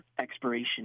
expiration